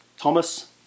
Thomas